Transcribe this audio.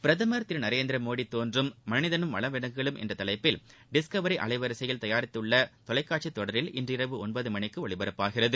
பிரதமர் திரு நரேந்திரமோடி தோன்றும் மனிதனும் வனவிலங்குகளும் என்ற தலைப்பில் டிஸ்கவரி அலைவரிசையில் தயாரித்துள்ள தொலைக்காட்சி தொடரில்இன்றிரவு மணிக்கு ஒன்பது ஒளிபரப்பாகிறது